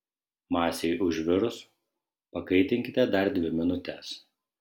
masei užvirus pakaitinkite dar dvi minutes